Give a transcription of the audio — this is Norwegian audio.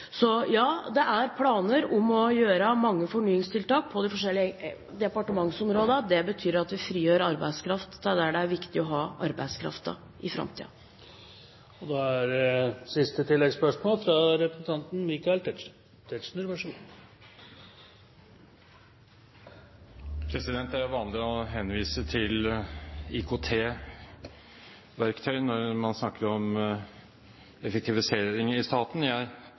Ja, det er planer om å gjøre mange fornyingstiltak på de forskjellige departementsområdene. Det betyr at vi frigjør arbeidskraft til områder der det er viktig å ha arbeidskraften i framtiden. Michael Tetzschner – til oppfølgingsspørsmål. Det er vanlig å henvise til IKT-verktøy når man snakker om effektivisering i staten.